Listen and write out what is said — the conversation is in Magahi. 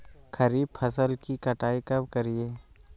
खरीफ फसल की कटाई कब करिये?